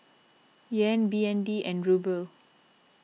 Yen B N D and Ruble